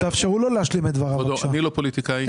אני לא פוליטיקאי.